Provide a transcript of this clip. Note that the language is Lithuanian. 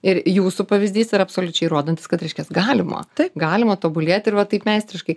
ir jūsų pavyzdys yra absoliučiai rodantis kad reiškias galima galima tobulėti ir va taip meistriškai